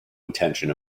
intention